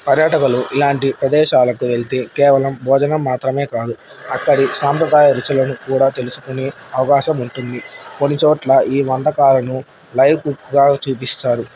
పర్యాటకులు ఇలాంటి ప్రదేశాలకు వెళ్తే కేవలం భోజనం మాత్రమే కాదు అక్కడి సాంప్రదాయ రుచులను కూడా తెలుసుకునే అవకాశం ఉంటుంది కొన్నిచోట్ల ఈ వంటకాలను లైవ్ కుక్కుగా చూపిస్తారు